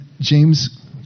James